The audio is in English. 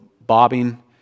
bobbing